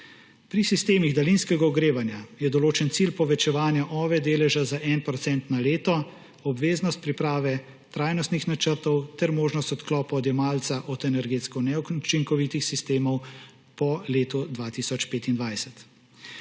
Pri sistemih daljinskega ogrevanja je določen cilj povečevanja deleža OVE za 1 % na leto, obveznost priprave trajnostnih načrtov ter možnost odklopa odjemalca od energetsko neučinkovitih sistemov po letu 2025.Pri